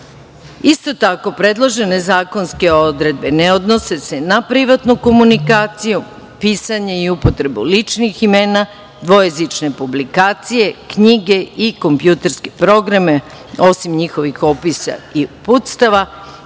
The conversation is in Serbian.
tako, predložene zakonske odredbe ne odnose se na privatnu komunikaciju, pisanje i upotrebu ličnih imena, dvojezične publikacije, knjige i kompjuterske programe, osim njihovih opisa i uputstva,